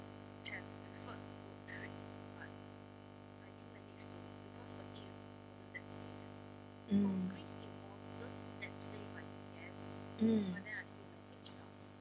mm mm